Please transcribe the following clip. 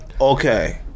Okay